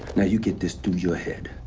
now you get this through your head.